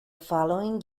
following